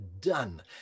done